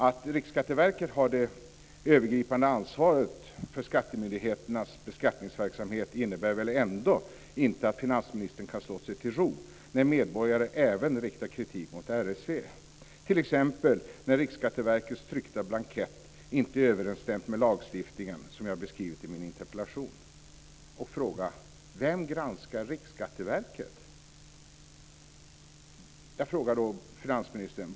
Att Riksskatteverket har det övergripande ansvaret för skattemyndigheternas beskattningsverksamhet innebär väl ändå inte att finansministern kan slå sig till ro när medborgare även riktar kritik mot RSV, t.ex. när Riksskatteverkets tryckta blankett inte överensstämde med lagstiftningen, som jag har beskrivit i min interpellation. Frågan är: Vem granskar Riksskatteverket?